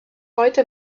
heute